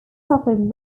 suffered